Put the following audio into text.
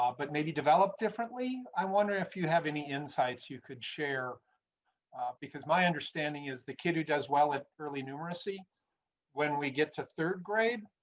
um but maybe develop differently, i wonder if you have any insights you could share because my understanding is the kid who does well it early numeracy when we get to third grade.